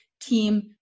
team